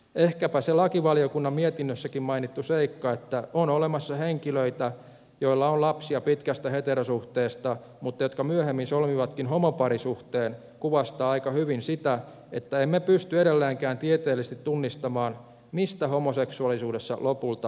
ehkäpä se lakivaliokunnan mietinnössäkin mainittu seikka että on olemassa henkilöitä joilla on lapsia pitkästä heterosuhteesta mutta jotka myöhemmin solmivatkin homoparisuhteen kuvastaa aika hyvin sitä että emme pysty edelleenkään tieteellisesti tunnistamaan mistä homoseksuaalisuudessa lopulta on kyse